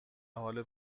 حال